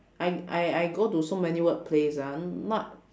I I I go to so many workplace ah not